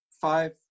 five